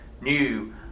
new